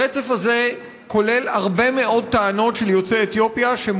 הרצף הזה כולל הרבה מאוד טענות של יוצאי אתיופיה שהם